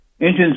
engine's